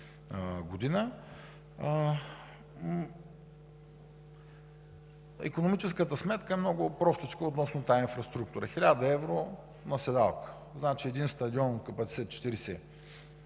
Икономическата сметка е много простичка относно инфраструктурата – 1000 евро на седалка. Значи един стадион с